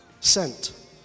sent